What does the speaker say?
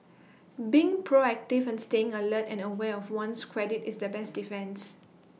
being proactive and staying alert and aware of one's credit is the best defence